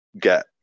get